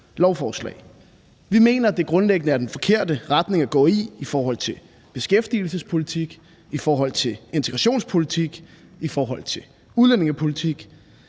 lovforslag. Vi mener, at det grundlæggende er den forkerte retning at gå i i forhold til beskæftigelsespolitik, i forhold til integrationspolitik,